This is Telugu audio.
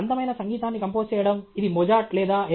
అందమైన సంగీతాన్ని కంపోజ్ చేయడం ఇది మొజార్ట్ లేదా ఎ